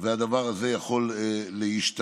והדבר הזה יכול להשתנות.